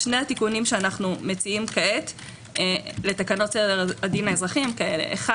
שני התיקונים שאנחנו מציעים כעת לתקנות סדר הדין האזרחי הן כאלה: א',